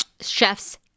Chefs